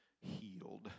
healed